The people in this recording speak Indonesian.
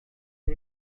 itu